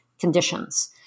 conditions